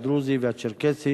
הדרוזי והצ'רקסי